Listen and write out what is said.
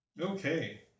Okay